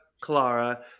Clara